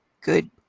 good